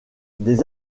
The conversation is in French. des